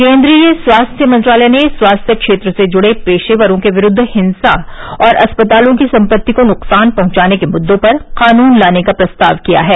केन्द्रीय स्वास्थ्य मंत्रालय ने स्वास्थ्य क्षेत्र से जूड़े पेशेवरों के विरुद्ध हिंसा और अस्पतालों की सम्पत्ति को नुकसान पहंचाने के मृद्दों पर कानून लाने का प्रस्ताव किया है